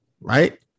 right